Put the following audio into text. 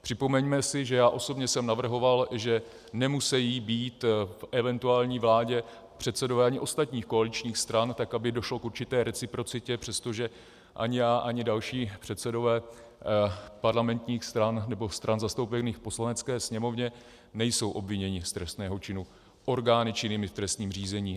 Připomeňme si, že já osobně jsem navrhoval, že nemusejí být v eventuální vládě předsedové ani ostatních koaličních stran, aby došlo k určité reciprocitě, přestože ani já, ani další předsedové parlamentních stran, nebo stran zastoupených v Poslanecké sněmovně, nejsou obviněni z trestného činu orgány činnými v trestním řízení.